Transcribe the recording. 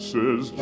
Says